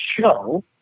show